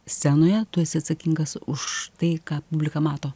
scenoje tu esi atsakingas už tai ką publika mato